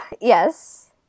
yes